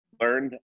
learned